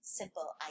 simple